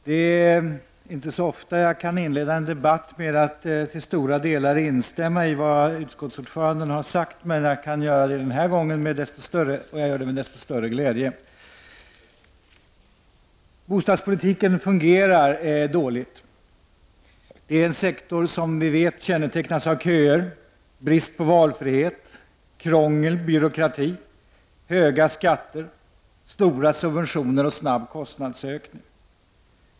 Herr talman! Det är inte så ofta jag kan inleda ett anförande med att till stora delar instämma i vad utskottsordföranden har sagt, men jag kan göra det den här gången med desto större glädje. Bostadspolitiken fungerar dåligt. Det är en sektor som kännetecknas av köer, bristande valfrihet, krångel och byråkrati, höga skatter, stora subventioner och snabb kostnadsökning.